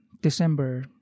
December